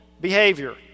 behavior